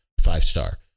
five-star